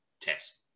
Test